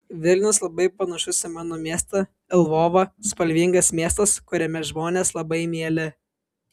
vilnius labai panašus į mano miestą lvovą spalvingas miestas kuriame žmonės labai mieli